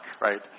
Right